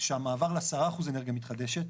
שהמעבר ל-10% אנרגיה מתחדשת,